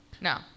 No